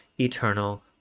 eternal